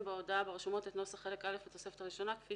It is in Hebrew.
בהודעה ברשומות את נוסח חלק א' בתוספת הראשונה כפי